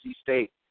State